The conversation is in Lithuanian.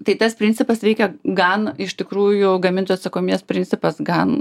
tai tas principas veikia gan iš tikrųjų gamintojo atsakomybės principas gan